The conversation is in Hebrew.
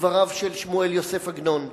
מדבריו של שמואל יוסף עגנון: